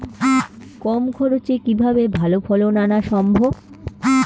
কম খরচে কিভাবে ভালো ফলন আনা সম্ভব?